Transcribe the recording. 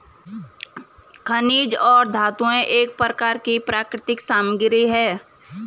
खनिज और धातुएं एक प्रकार की प्राकृतिक सामग्री हैं